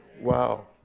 Wow